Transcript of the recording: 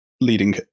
Leading